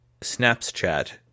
Snapchat